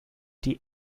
die